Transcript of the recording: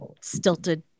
stilted